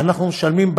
אנחנו משלמים,